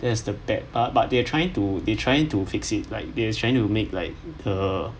that's the bad part but they are trying to they trying to fix it like they trying to make like the